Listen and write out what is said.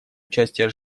участия